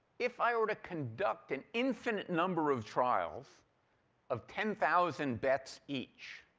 if i were to conduct an infinite number of trials of ten thousand bets each,